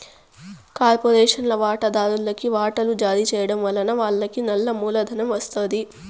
కార్పొరేషన్ల వాటాదార్లుకి వాటలు జారీ చేయడం వలన వాళ్లకి నల్ల మూలధనం ఒస్తాది